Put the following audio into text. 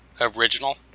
original